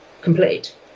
complete